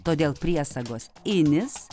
todėl priesagos inis